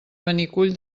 benicull